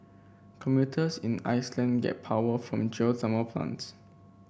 computers in Iceland get power from geothermal plants